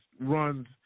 runs